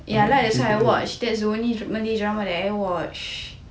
ya lah that's why I watch that's the only malay drama that I watch